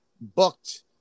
booked